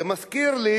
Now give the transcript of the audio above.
זה מזכיר לי